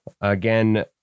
Again